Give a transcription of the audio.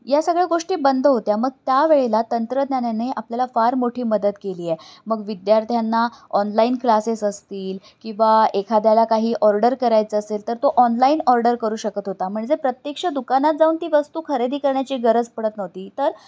या सगळ्या गोष्टी बंद होत्या मग त्यावेळेला तंत्रज्ञानाने आपल्याला फार मोठी मदत केली आहे मग विद्यार्थ्यांना ऑनलाईन क्लासेस असतील किंवा एखाद्याला काही ऑर्डर करायचं असेल तर तो ऑनलाईन ऑर्डर करू शकत होता म्हणजे प्रत्यक्ष दुकानात जाऊन ती वस्तू खरेदी करण्याची गरज पडत नव्हती तर